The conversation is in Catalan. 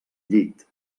llit